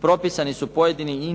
propisani su pojedini i